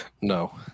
No